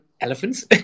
elephants